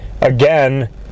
again